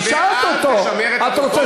אני בעד לשמר את הכוחות הדמוקרטיים של